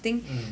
mm